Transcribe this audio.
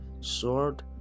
sword